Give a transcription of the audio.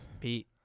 Pete